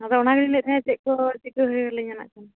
ᱟᱫᱚ ᱚᱱᱟᱜᱮᱞᱤᱧ ᱞᱟᱹᱭᱮᱫ ᱛᱟᱦᱮᱸᱫᱼᱟ ᱪᱮᱫ ᱠᱚ ᱪᱤᱠᱟᱹ ᱦᱳᱭ ᱟᱞᱤᱧᱟ ᱱᱟᱜ ᱠᱷᱟᱱ